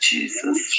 Jesus